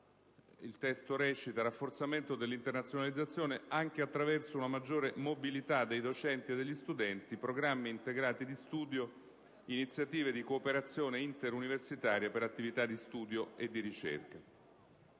«*i-*bis) rafforzamento dell'internazionalizzazione anche attraverso una maggiore mobilità dei docenti e degli studenti, programmi integrati di studio, iniziative di cooperazione interuniversitaria per attività di studio e di ricerca;».